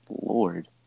Lord